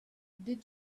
did